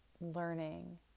learning